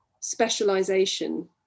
specialization